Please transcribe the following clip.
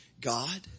God